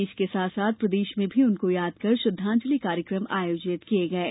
देश के साथ साथ प्रदेश में भी उनको याद कर श्रद्वांजलि कार्यक्रम आयोजित किये गये